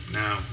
now